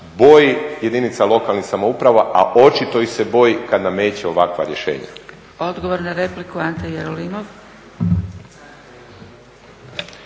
boji jedinica lokalnih samouprava, a očito ih se boji kad nameće ovakva rješenja. **Zgrebec, Dragica (SDP)** Odgovor na repliku, Ante Jerolimov.